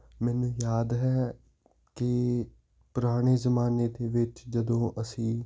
ਮੈਨੂੰ ਯਾਦ ਹੈ ਕਿ ਪੁਰਾਣੇ ਜ਼ਮਾਨੇ ਦੇ ਵਿੱਚ ਜਦੋਂ ਅਸੀਂ